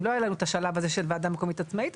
לא היה לנו את השלב הזה של וועדה מקומית עצמאית,